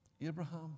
Abraham